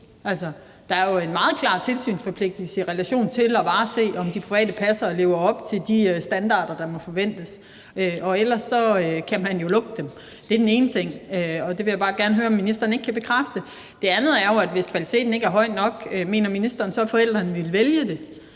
er jo en meget klar tilsynsforpligtelse i relation til at efterse, om de private passere lever op til de standarder, der må forventes, og ellers kan man jo lukke dem. Det er den ene ting, og det vil jeg bare gerne høre om ministeren ikke kan bekræfte. Det andet er jo, om ministeren, hvis kvaliteten ikke er høj nok, så mener, at forældrene ville vælge det.